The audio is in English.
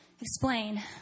explain